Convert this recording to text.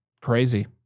crazy